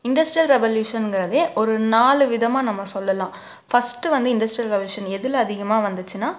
industrial ரெவல்யூஷனுங்கிறதே ஒரு நாலு விதமாக நம்ம சொல்லலாம் ஃபர்ஸ்ட்டு வந்து இண்டஸ்ட்ரியல் ரெவல்யூஷன் எதில் அதிகமாக வந்துச்சுன்னா